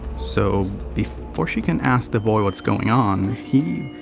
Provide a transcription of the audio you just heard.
so, before she can ask the boy what's going on, he.